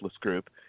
group